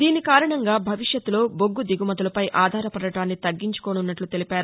దీని కారణంగా భవిష్యత్తులో బొగ్గు దిగుమతులపై ఆధారపడాటాన్ని తగ్గించుకోసున్నట్లు తెలిపారు